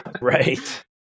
Right